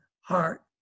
heart